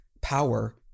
power